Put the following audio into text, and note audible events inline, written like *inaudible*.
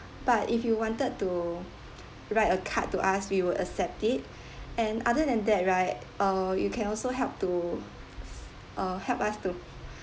but if you wanted to write a card to us we will accept it *breath* and other than that right uh you can also help to uh help us to *breath*